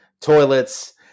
toilets